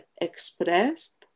expressed